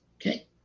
Okay